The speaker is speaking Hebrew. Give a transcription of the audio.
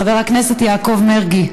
חבר הכנסת יעקב מרגי.